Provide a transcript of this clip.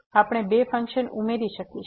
આપણે બે ફંક્શન ઉમેરી શકીશુ